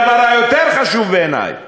הדבר היותר חשוב בעיני הוא